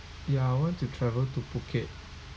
ya I want to travel to phuket